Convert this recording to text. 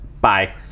Bye